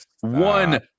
one